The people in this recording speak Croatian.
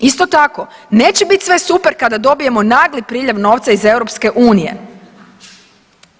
Isto tako, neće biti sve super kada dobijemo nagli priljev novca iz EU.